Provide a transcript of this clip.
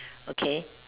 okay